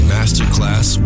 Masterclass